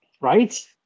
right